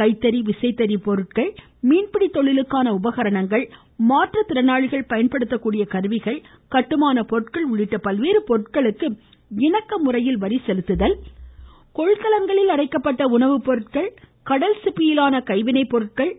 கைத்தறி விசைத்தறி பொருட்கள் மீன்பிடித் தொழிலுக்கான உபகரணங்கள் மாற்றுத்திறனாளிகள் பயன்படுத்தக்கூடிய கருவிகள் கட்டுமான பொருட்கள் உள்ளிட்ட பல்வேறு பொருட்களுக்கு இணக்க முறையில் வரி செலுத்துதல் கொள்கலன்களில் அடைக்கப்பட்ட உணவுப் பொருட்கள் கடல் சிப்பியிலான கைவினைப் பொருட்கள்